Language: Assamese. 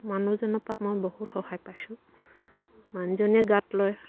মানুহজনৰ পৰা মই বহুত সহায় পাইছোঁ মানুহজনে গাত লয়